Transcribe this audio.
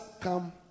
come